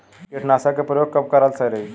कीटनाशक के प्रयोग कब कराल सही रही?